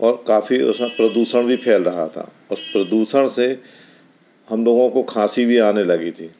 और काफ़ी उसमें प्रदूषण भी फ़ैल रहा था और प्रदूषण से हम लोगों को खाँसी भी आने लगी थी